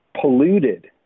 polluted